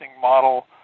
model